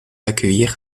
accueillir